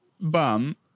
bum